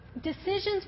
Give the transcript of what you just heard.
decisions